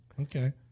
Okay